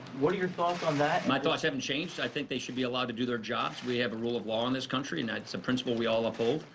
what are your thoughts on that? my thoughts haven't changed. i think they should be allowed to do their jobs. we have a rule of law in this country, and that's a principle we all uphold.